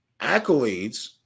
accolades